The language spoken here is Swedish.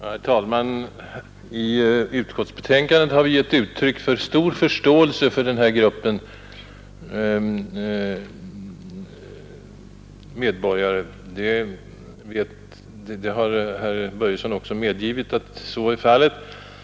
Herr talman! I utskottsbetänkandet har vi gett uttryck för stor förståelse för den här gruppen medborgare. Herr Börjesson i Falköping har också medgivit att så är fallet.